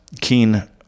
keen